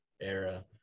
era